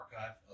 archive